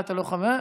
אתה לא חבר כנסת.